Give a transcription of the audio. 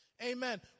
Amen